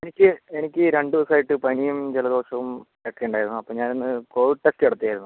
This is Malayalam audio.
എനിക്ക് എനിക്ക് രണ്ട് ദിവസം ആയിട്ട് പനിയും ജലദോഷം ഒക്കെ ഉണ്ടായിരുന്നു അപ്പോൾ ഞാൻ ഒന്ന് കോവിഡ് ടെസ്റ്റ് നടത്തിയായിരുന്നു